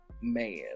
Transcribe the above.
man